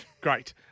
Great